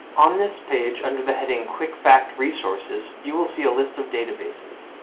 on this page, under the heading quick fact resources, you will see a list of databases.